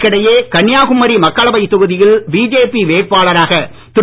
இதற்கிடையே கன்னியாகுமரி மக்களவை தொகுதியில் பிஜேபி வேட்பாளராக திரு